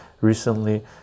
recently